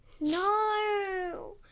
No